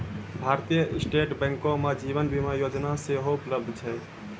भारतीय स्टेट बैंको मे जीवन बीमा योजना सेहो उपलब्ध छै